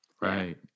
right